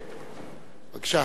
בבקשה.